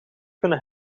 kunnen